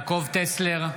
טסלר,